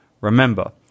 remember